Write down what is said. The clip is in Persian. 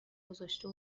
گذاشته